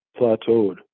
plateaued